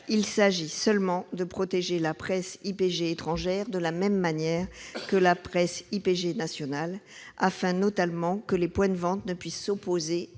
Il s'agit seulement de protéger la presse IPG étrangère de la même manière que la presse IPG nationale, afin, notamment, que les points de vente ne puissent s'opposer à leur